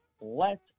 let